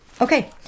Okay